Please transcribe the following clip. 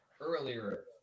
earlier